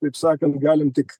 taip sakant galim tik